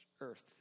Earth